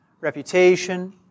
reputation